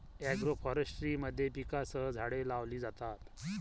agroforestry मध्ये पिकांसह झाडे लावली जातात